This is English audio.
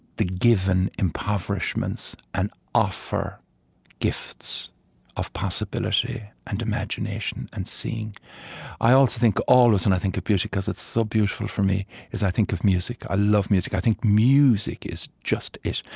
the given impoverishments and offer gifts of possibility and imagination and seeing i also think always, when and i think of beauty, because it's so beautiful for me is, i think of music. i love music. i think music is just it.